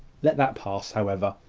let that pass, however.